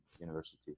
university